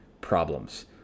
problems